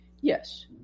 Yes